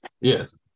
yes